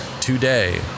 today